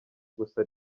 gusa